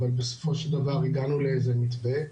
אבל בסופו של דבר הגענו לאיזה מתווה.